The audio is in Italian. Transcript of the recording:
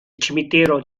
cimitero